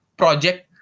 project